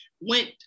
went